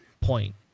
point